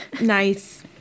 Nice